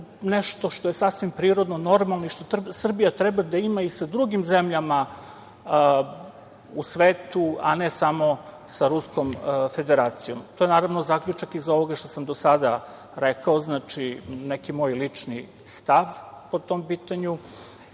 nešto što je sasvim prirodno, normalno i što Srbija treba da ima i sa drugim zemljama u svetu, a ne samo sa Ruskom Federacijom. To je, naravno, zaključak i ovoga što sam do sada rekao, znači neki moj lični stav po tom pitanju. Srbija